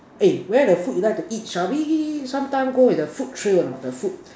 A where the food you like to eat shall we sometime go with the food trail a not the food